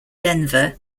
denver